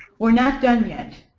we're not done yet.